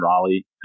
Raleigh